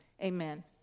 amen